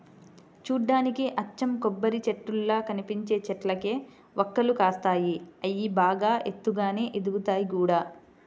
చూడ్డానికి అచ్చం కొబ్బరిచెట్టుల్లా కనిపించే చెట్లకే వక్కలు కాస్తాయి, అయ్యి బాగా ఎత్తుగానే ఎదుగుతయ్ గూడా